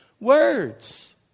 words